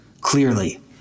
clearly